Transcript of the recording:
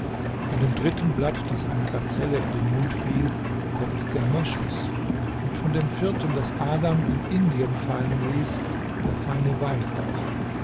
von dem dritten blatt das einer gazelle in den mund fiel kommt der moschus und von dem vierten das adam in indien fallen ließ der feine weihrauch